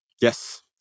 Yes